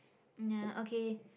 ya okay